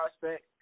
prospect